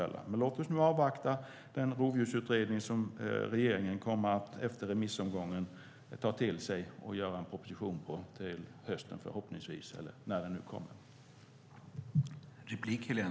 Låt oss nu avvakta den rovdjursutredning som regeringen kommer att ta till sig efter remissomgången och göra en proposition på, förhoppningsvis till hösten.